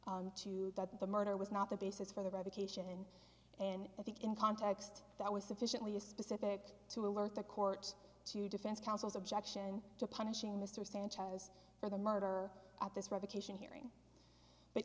to the murder was not the basis for the revocation and i think in context that was sufficiently a specific to alert the court to defense counsel's objection to punishing mr sanchez for the murder at this revocation hearing but